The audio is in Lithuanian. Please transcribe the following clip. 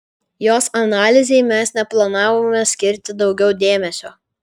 jos analizei mes neplanavome skirti daugiau dėmesio